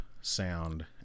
sound